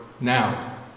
Now